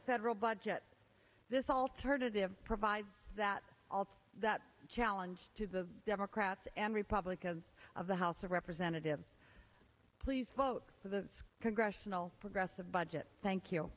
a federal budget this alternative provides that all that challenge to the democrats and republicans of the house of representatives please vote for the congressional progressive budget thank you